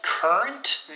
current